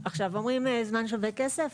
עכשיו אומרים זמן שווה כסף?